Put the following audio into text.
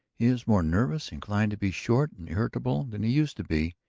he is more nervous, inclined to be short and irritable, than he used to be.